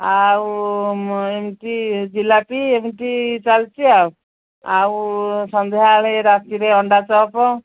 ଆଉ ଏମିତି ଜିଲାପି ଏମିତି ଚାଲଛି ଆଉ ଆଉ ସନ୍ଧ୍ୟାବେଳେ ରାତିରେ ଅଣ୍ଡା ଚପ୍